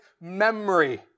memory